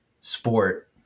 sport